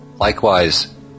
likewise